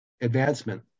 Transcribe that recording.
advancement